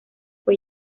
fue